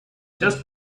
just